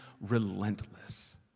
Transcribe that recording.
relentless